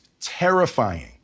terrifying